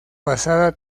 basada